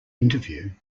interview